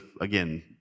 again